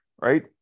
right